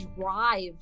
drive